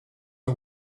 her